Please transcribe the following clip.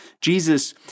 Jesus